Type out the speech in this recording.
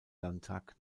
landtag